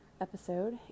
episode